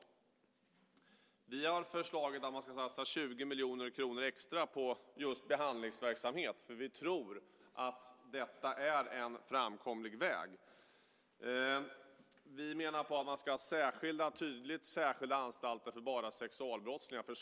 Vi har föreslagit att man ska satsa 20 miljoner kronor extra på just behandlingsverksamhet, för vi tror att detta är en framkomlig väg. Vi menar att man ska ha särskilda anstalter för bara sexualbrottslingar.